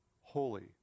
holy